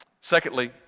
Secondly